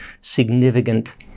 significant